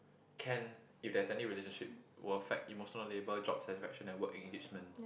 can if there's any relationship will affect emotional labour job satisfaction and work engagement